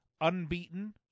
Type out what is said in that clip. unbeaten